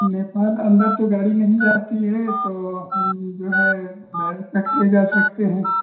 नेपाल अन्दर तो गाड़ी नहीं जाती है तो हम जो है बैरेज़ तक ले जा सकते हैं